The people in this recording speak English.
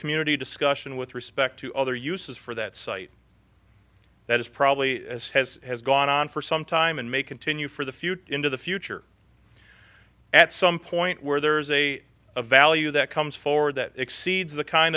community discussion with respect to other uses for that site that is probably as has has gone on for some time and may continue for the future into the future at some point where there is a value that comes forward that exceeds the kind